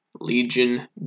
Legion